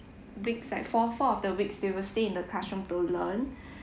breaks like four four of the weeks they will stay in the classroom to learn